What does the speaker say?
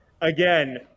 Again